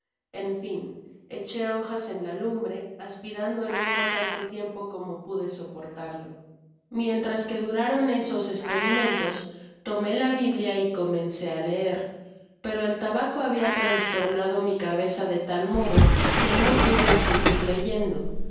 en fin eché hojas en la lumbre aspirando el humo tanto tiempo como pude soportarlo mientras que duraron esos esperimentos tomé la b blia y comencé á leer pero el tabaco habia trastornado mi cabeza de tal modo que m pude seguir leyendo